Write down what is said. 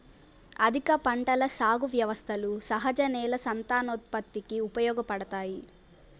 ఆదిమ పంటల సాగు వ్యవస్థలు సహజ నేల సంతానోత్పత్తికి ఉపయోగపడతాయి